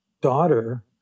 daughter